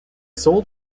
sold